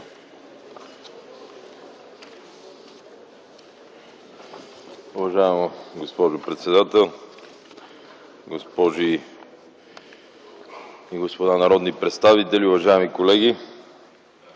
уважаеми господа министри, госпожи и господа народни представители, уважаеми колеги!